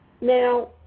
Now